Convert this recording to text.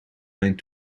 mijn